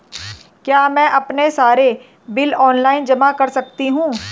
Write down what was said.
क्या मैं अपने सारे बिल ऑनलाइन जमा कर सकती हूँ?